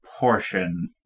Portion